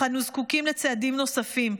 אך אנו זקוקים לצעדים נוספים.